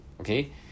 Okay